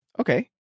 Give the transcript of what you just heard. okay